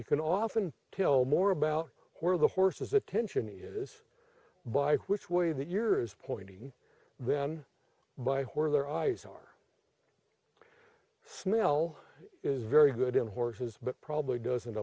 you can often tell more about where the horse's attention is by which way that yours pointing then by where their eyes are smell is very good in horses but probably doesn't